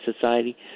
society